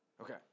Okay